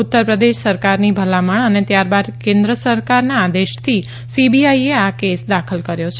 ઉત્તર પ્રદેશ સરકારની ભલામણ અને ત્યારબાદ કેન્દ્ર સરકારના આદેશથી સીબીઆઇએ આ કેસ દાખલ કર્યો છે